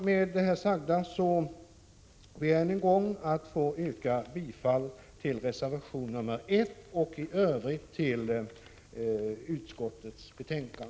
Med det här sagda ber jag att än en gång få yrka bifall till reservation nr 1 och i övrigt till utskottets hemställan.